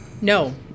No